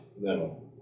No